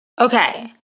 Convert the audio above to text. Okay